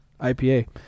IPA